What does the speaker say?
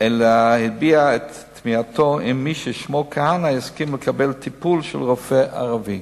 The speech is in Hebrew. אלא הביע את תמיהתו אם מי ששמו כהנא יסכים לקבל טיפול מרופא ערבי.